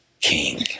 King